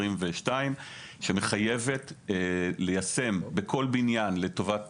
אשר מחייבת ליישם בכל בניין לטובת